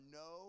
no